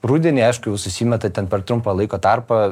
rudenį aišku jau susimeta ten per trumpą laiko tarpą